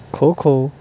kho kho